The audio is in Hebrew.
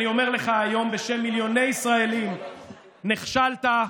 אני אומר לך היום בשם מיליוני ישראלים: נכשלת,